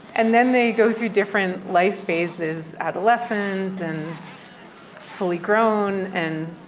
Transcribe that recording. and then they go through different life phases adolescent and fully grown. and,